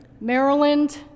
Maryland